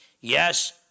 Yes